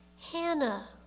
Hannah